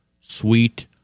sweet